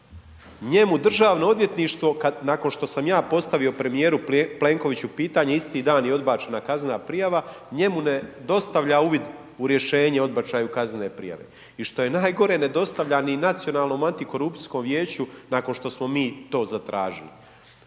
njemu Državno odvjetništvo nakon što sam aj postavio premijeru Plenkoviću pitanje, isti dan je odbačena kaznena prijava, njemu ne dostavlja uvid u rješenje o odbačaju kaznene prijave i što je najgore, ne dostavlja ni Nacionalnom antikorupcijskom vijeću nakon što smo mi to zatražili.